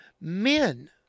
men